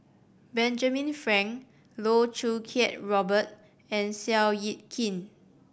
Benjamin Frank Loh Choo Kiat Robert and Seow Yit Kin